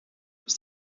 ist